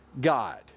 God